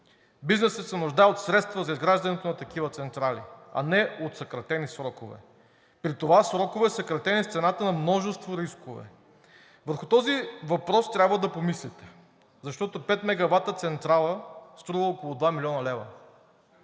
Бизнесът се нуждае от средства за изграждането на такива централи, а не от съкратени срокове, при това срокове, съкратени с цената на множество рискове. Върху този въпрос трябва да помислите, защото пет мегавата централа струва около 2 млн. лв.